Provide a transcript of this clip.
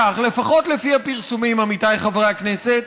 כך, לפחות לפי הפרסומים, עמיתיי חברי הכנסת,